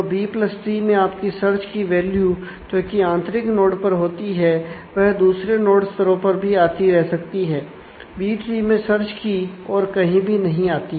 B tree search की values और कहीं भी नहीं आती है